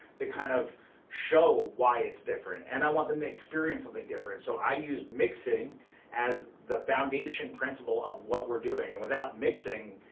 to kind of show why it's different, and i want them to experience something different. so i use mixing as the foundation principle of what we're doing, and without mixing,